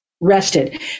rested